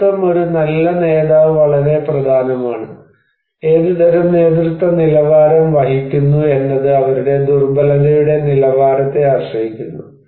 നേതൃത്വം ഒരു നല്ല നേതാവ് വളരെ പ്രധാനമാണ് ഏതുതരം നേതൃത്വ നിലവാരം വഹിക്കുന്നു എന്നത് അവരുടെ ദുർബലതയുടെ നിലവാരത്തെ ആശ്രയിക്കുന്നു